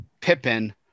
Pippin